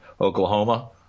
Oklahoma